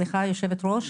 סליחה היו"ר,